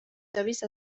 services